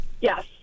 Yes